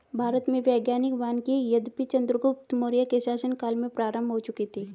भारत में वैज्ञानिक वानिकी यद्यपि चंद्रगुप्त मौर्य के शासन काल में प्रारंभ हो चुकी थी